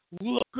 look